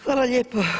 Hvala lijepo.